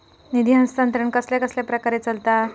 निधी हस्तांतरण कसल्या कसल्या प्रकारे चलता?